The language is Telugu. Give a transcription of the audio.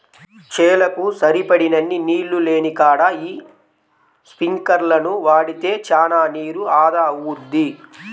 చేలకు సరిపడినన్ని నీళ్ళు లేనికాడ యీ స్పింకర్లను వాడితే చానా నీరు ఆదా అవుద్ది